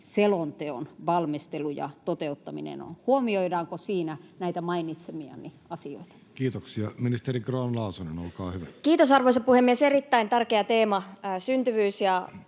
selonteon valmistelu ja toteuttaminen on? Huomioidaanko siinä näitä mainitsemiani asioita? Kiitoksia. — Ministeri Grahn-Laasonen, olkaa hyvä, Kiitos, arvoisa puhemies! Erittäin tärkeä teema: syntyvyys ja